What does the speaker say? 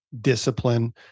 discipline